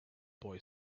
boy